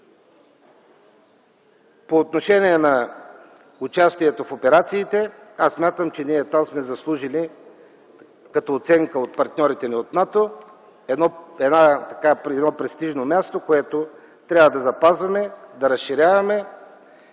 По отношение на участието в операциите аз смятам, че ние там сме заслужили като оценка от партньорите ни от НАТО едно престижно място, което трябва да запазваме, да разширяваме